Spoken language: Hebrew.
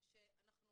שאנחנו